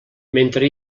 mentre